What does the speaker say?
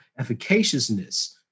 efficaciousness